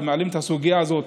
מעלים את הסוגיה הזאת,